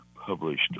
published